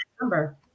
number